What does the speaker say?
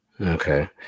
Okay